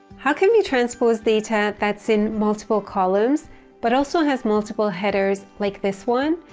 how can we transpose data that's in multiple columns but also has multiple headers like this one,